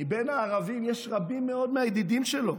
מבין הערבים יש רבים מאוד מהידידים שלו.